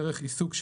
דרך עיסוק,